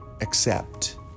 accept